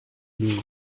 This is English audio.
liu